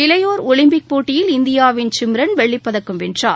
இளையோர் ஒலிம்பிக் போட்டியில் இந்தியாவின் சிம்ரன் வெள்ளிப் பதக்கம் வென்றார்